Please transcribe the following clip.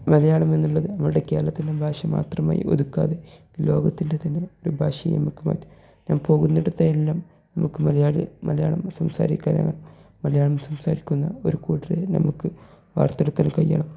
മലയാളം എന്നുള്ളത് നമ്മളുടെ കേരളത്തിലെ ഭാഷ മാത്രമായി ഒതുക്കാതെ ലോകത്തിൻ്റെ തന്നെ ഒരു ഭാഷയായി നമുക്ക് മാറ്റാം ഞാൻ പോകുന്നിടത്ത് എല്ലാം നമുക്ക് മലയാളി മലയാളം സംസാരിക്കാനാണ് മലയാളം സംസാരിക്കുന്ന ഒരു കൂട്ടരെ നമുക്ക് വാർത്തെടുക്കാൻ കഴിയണം